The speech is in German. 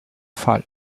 fall